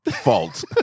fault